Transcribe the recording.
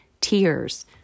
tears